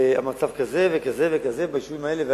שהמצב כזה וכזה וכזה ביישובים האלה והאלה.